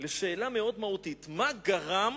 לשאלה מאוד מהותית: מה גרם